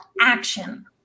action